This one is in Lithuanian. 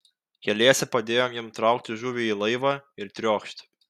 keliese padėjom jam traukti žuvį į laivą ir triokšt